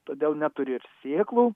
todėl neturi ir sėklų